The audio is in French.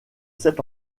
sept